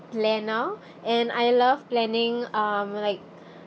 planner and I love planning um like